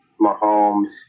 Mahomes